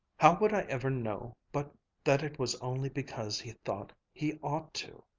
how would i ever know but that it was only because he thought he ought to?